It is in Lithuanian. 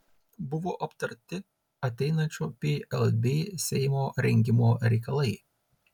buvo aptarti ateinančio plb seimo rengimo reikalai